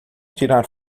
tirar